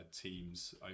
teams